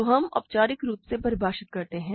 तो हम औपचारिक रूप से परिभाषित करते हैं